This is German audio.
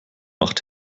macht